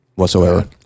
Whatsoever